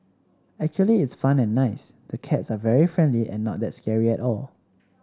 actually it's fun and nice the cats are very friendly and not that scary at all